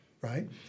right